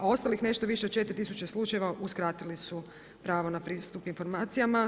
A ostalih nešto više od 4 tisuće slučajeva uskratili su pravo na pristup informacijama.